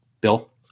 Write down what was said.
Bill